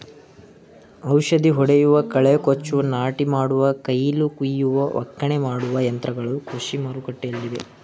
ಔಷಧಿ ಹೊಡೆಯುವ, ಕಳೆ ಕೊಚ್ಚುವ, ನಾಟಿ ಮಾಡುವ, ಕುಯಿಲು ಕುಯ್ಯುವ, ಒಕ್ಕಣೆ ಮಾಡುವ ಯಂತ್ರಗಳು ಕೃಷಿ ಮಾರುಕಟ್ಟೆಲ್ಲಿವೆ